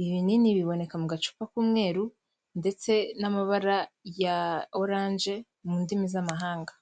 Ibi binini biboneka mu gacupa k'umweruru ndetse n'amabara ya orange mu ndimi z'amahanga.